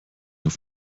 auf